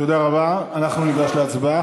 תודה רבה, אנחנו ניגש להצבעה.